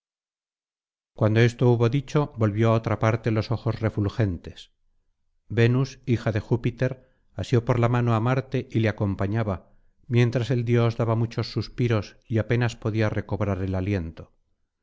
cuando esto hubo dicho volvió á otra parte los ojos refulgentes venus hija de júpiter asió por la mano á marte y le acompañaba mientras el dios daba muchos suspiros y apenas podía recobrar el aliento